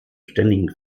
ständigen